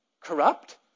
corrupt